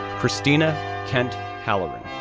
christina kent halloran,